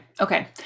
okay